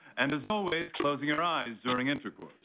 and as always closing your eyes during intercourse